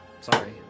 Sorry